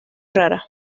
rara